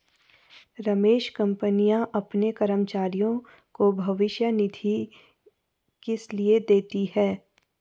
रमेश कंपनियां अपने कर्मचारियों को भविष्य निधि किसलिए देती हैं?